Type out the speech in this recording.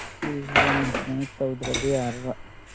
ꯁꯤ ꯈꯔ ꯃꯦꯟꯇꯦꯅꯦꯟꯁ ꯇꯧꯗ꯭ꯔꯗꯤ ꯌꯥꯔꯔꯣꯏ